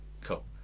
Cool